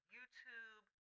YouTube